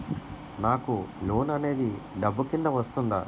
నాకు లోన్ అనేది డబ్బు కిందా వస్తుందా?